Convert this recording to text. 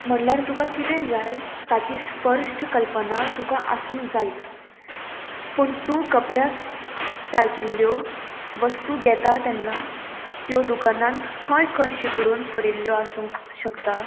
म्हणल्यार तुका कितें जाय ताची स्पश्ट कल्पना तुका आसूंक जायच पूण तूं कपड्या सारकिल्ल्यो वस्तू घेता तेन्ना त्यो दुकानांत खंय खंय शिपडून पडिल्ल्यो आसूंक शकता